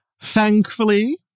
thankfully